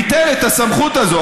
ביטל את הסמכות הזאת.